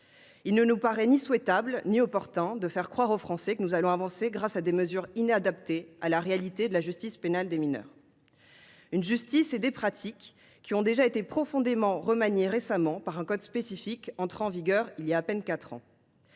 Il ne nous paraît ni souhaitable ni opportun de faire croire aux Français que nous allons avancer grâce à des mesures inadaptées à la réalité de la justice pénale des mineurs. Cette dernière et les pratiques en ce domaine ont d’ailleurs déjà été profondément remaniées récemment, par l’adoption d’un code spécifique entré en vigueur voilà à peine quatre